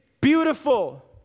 beautiful